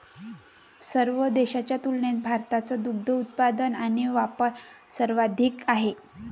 सर्व देशांच्या तुलनेत भारताचा दुग्ध उत्पादन आणि वापर सर्वाधिक आहे